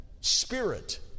spirit